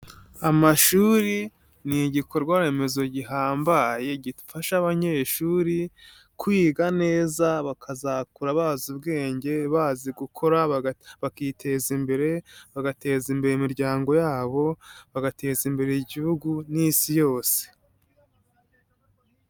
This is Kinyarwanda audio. Amashuri ni igikorwaremezo gihambaye gifasha abanyeshuri kwiga neza bakazakora bazi ubwenge, bazi gukora bakiteza imbere, bagateza imbere imiryango yabo, bagateza imbere Igihugu n'Isi yose.